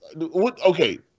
okay